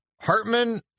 Hartman